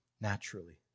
naturally